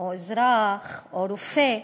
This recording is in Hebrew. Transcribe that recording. או אזרח, או רופא,